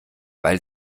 weil